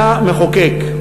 אתה מחוקק,